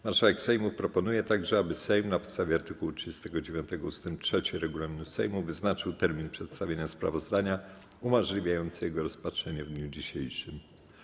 Marszałek Sejmu proponuje także, aby Sejm na podstawie art. 39 ust. 3 regulaminu Sejmu wyznaczył termin przedstawienia sprawozdania umożliwiający jego rozpatrzenie w dniu dzisiejszym.